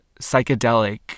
psychedelic